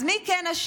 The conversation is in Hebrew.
אז מי כן אשם?